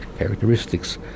Characteristics